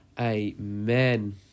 Amen